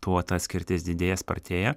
tuo ta skirtis didėja spartėja